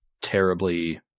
terribly